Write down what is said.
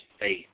faith